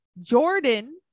Jordan